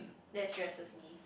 that stresses me